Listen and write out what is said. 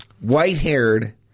white-haired